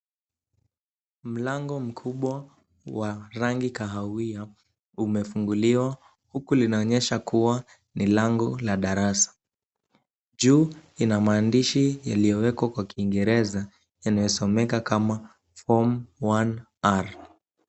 Mlango mkubwa wa rangi kahawia umefunguliwa huku linaonyesha kuwa ni rangi la darasa. Juu ina maandishi iliyowekwa kwa kingereza inayosomeka kama form one r